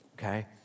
Okay